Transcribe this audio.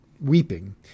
weeping